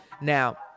Now